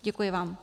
Děkuji vám.